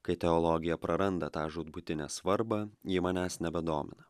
kai teologija praranda tą žūtbūtinę svarbą ji manęs nebedomina